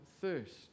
thirst